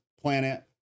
planet